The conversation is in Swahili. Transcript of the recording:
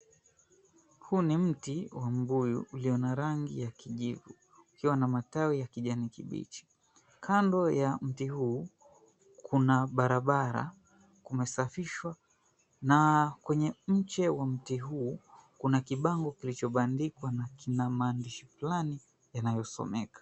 Huu ni mti wa mbuyu ulio na rangi ya kijivu ukiwa na matawi ya kijani kibichi. Kando ya mti huu kuna barabara. Kumesafishwa na kwenye ncha wa mti huo kuna kibango kilichobandikwa na kina maandishi fulani yanayosomeka.